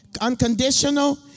unconditional